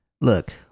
look